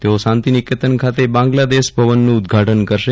તેઓ શાંતિ નિકેતન ખાતે બાંગ્લાદેશ ભવનનું ઉદ્દઘાટન કરશે